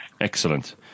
Excellent